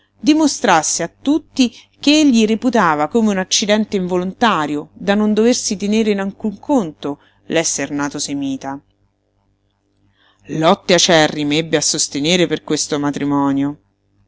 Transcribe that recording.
dimostrasse a tutti che egli reputava come un accidente involontario da non doversi tenere in alcun conto l'esser nato semita lotte acerrime ebbe a sostenere per questo matrimonio